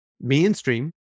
mainstream